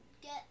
get